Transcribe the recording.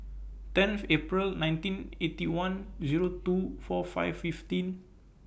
tenth April nineteen Eighty One Zero two four five fifteen